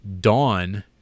Dawn